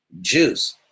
juice